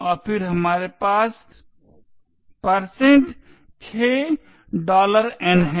और फिर हमारे पास 6n है